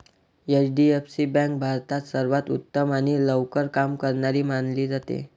HDFC bank भारतात सर्वांत उत्तम आणि लवकर काम करणारी मानली जाते